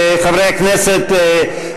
חברי הכנסת,